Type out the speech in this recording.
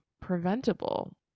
preventable